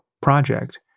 project